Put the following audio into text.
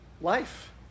life